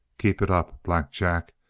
keep it up, black jack,